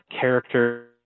character